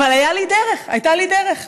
אבל הייתה לי דרך,